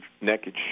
naked